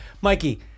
Mikey